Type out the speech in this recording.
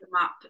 up